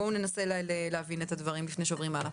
בואו ננסה להבין את הדברים לפני שעוברים הלאה.